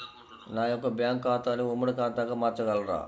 నా యొక్క బ్యాంకు ఖాతాని ఉమ్మడి ఖాతాగా మార్చగలరా?